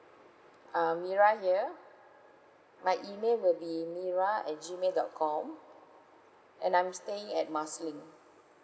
um mira here my email will be mira at G mail dot com and I'm staying at marsiling